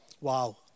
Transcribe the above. Wow